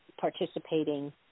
participating